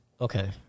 Okay